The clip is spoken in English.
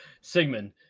Sigmund